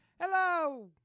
Hello